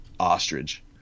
ostrich